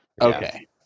Okay